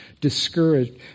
discouraged